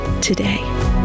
today